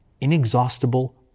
inexhaustible